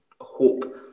hope